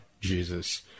Jesus